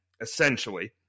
essentially